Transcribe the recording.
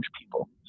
people